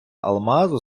алмазу